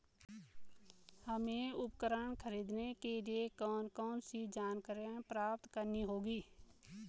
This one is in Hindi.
हमें उपकरण खरीदने के लिए कौन कौन सी जानकारियां प्राप्त करनी होगी?